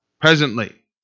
presently